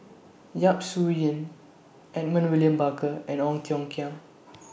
Yap Su Yin Edmund William Barker and Ong Tiong Khiam